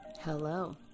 Hello